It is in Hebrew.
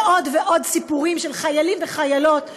ועוד ועוד סיפורים של חיילים וחיילות והורים,